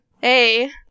hey